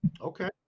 Okay